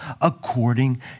according